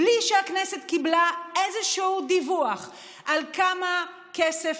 בלי שקודם הכנסת קיבלה איזשהו דיווח על כמה כסף